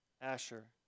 Asher